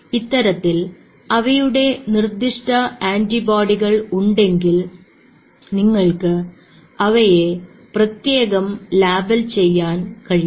ഇത്തരത്തിൽ അവയുടെ നിർദ്ദിഷ്ട ആന്റിബോഡികൾ ഉണ്ടെങ്കിൽ നിങ്ങൾക്ക് അവയെ പ്രത്യേകം ലേബൽ ചെയ്യാൻ കഴിയും